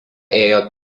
ėjo